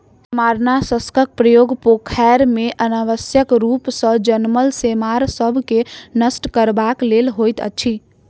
सेमारनाशकक प्रयोग पोखैर मे अनावश्यक रूप सॅ जनमल सेमार सभ के नष्ट करबाक लेल होइत अछि